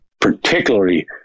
particularly